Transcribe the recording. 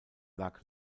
lag